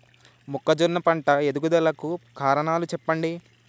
మొక్కజొన్న పంట ఎదుగుదల కు కారణాలు చెప్పండి?